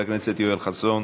חבר הכנסת יואל חסון,